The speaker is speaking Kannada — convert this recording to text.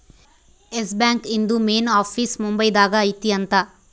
ಎಸ್ ಬ್ಯಾಂಕ್ ಇಂದು ಮೇನ್ ಆಫೀಸ್ ಮುಂಬೈ ದಾಗ ಐತಿ ಅಂತ